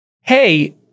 hey